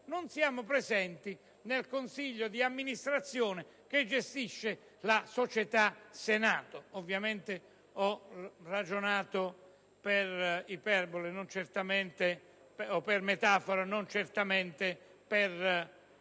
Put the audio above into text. non siamo presenti nel consiglio di amministrazione che gestisce la società Senato. Ovviamente ho ragionato per metafora e non certamente perché